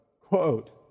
Quote